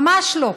ממש לא.